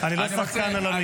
אני לא שחקן על המגרש.